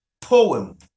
poem